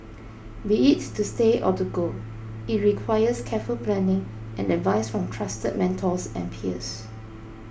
be it to stay or to go it requires careful planning and advice from trusted mentors and peers